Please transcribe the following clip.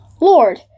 Lord